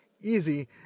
easy